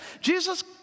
Jesus